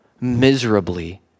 miserably